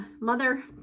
mother